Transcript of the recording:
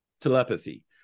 Telepathy